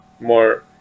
more